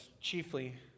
chiefly